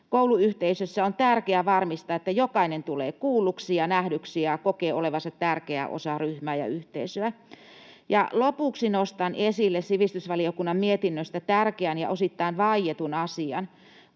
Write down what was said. Kouluyhteisössä on tärkeää varmistaa, että jokainen tulee kuulluksi ja nähdyksi ja kokee olevansa tärkeä osa ryhmää ja yhteisöä. Lopuksi nostan esille sivistysvaliokunnan mietinnöstä tärkeän ja osittain vaietun asian.